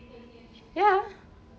ya